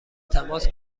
تماس